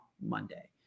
Monday